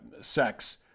sex